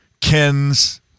ken's